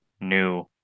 new